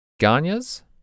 Ganya's